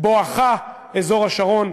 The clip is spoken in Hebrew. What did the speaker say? בואכה אזור השרון,